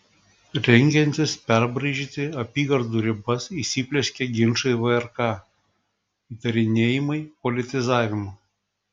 rengiantis perbraižyti apygardų ribas įsiplieskė ginčai vrk įtarinėjimai politizavimu